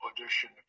audition